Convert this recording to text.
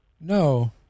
No